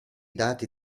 dati